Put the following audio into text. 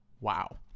Wow